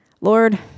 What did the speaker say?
Lord